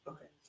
Okay